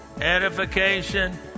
edification